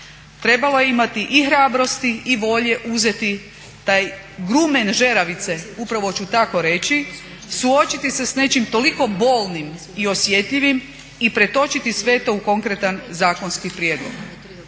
trebala je imati i hrabrosti i volje uzeti taj grumen žeravice, upravo ću tako reći, suočiti se s nečim toliko bolnim i osjetljivim i pretočiti sve to u konkretan zakonski prijedlog.